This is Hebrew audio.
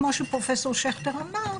כמו שפרופסור שכטר אמר,